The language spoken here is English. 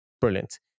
Brilliant